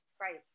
Right